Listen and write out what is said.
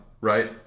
right